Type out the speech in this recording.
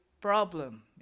problem